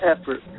effort